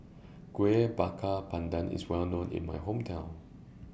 Kueh Bakar Pandan IS Well known in My Hometown